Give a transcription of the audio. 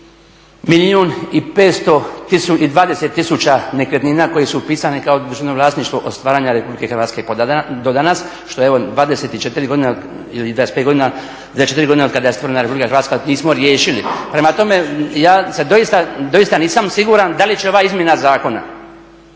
milijun i 20 tisuća nekretnina koje su upisane kao državno vlasništvo od stvaranja RH do danas što je evo 24 godine ili 25 godina od kada je stvorena RH nismo riješili. Prema tome, ja doista nisam siguran da li će ova izmjena zakona